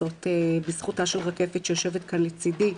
בזכותה של רקפת שיושבת כאן לצידי.